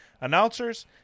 announcers